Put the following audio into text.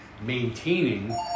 maintaining